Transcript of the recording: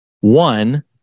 one